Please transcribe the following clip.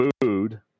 food